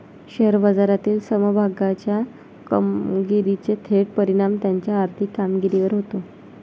share बाजारातील समभागाच्या कामगिरीचा थेट परिणाम त्याच्या आर्थिक कामगिरीवर होतो